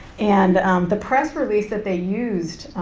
and the press release that they used